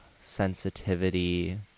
sensitivity